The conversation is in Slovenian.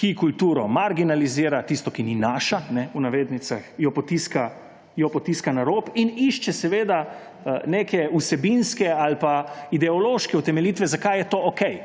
ki kulturo marginalizira, tisto, ki ni »naša« − v navednicah −, jo potiska na rob in išče neke vsebinske ali pa ideološke utemeljitve, zakaj je to okej.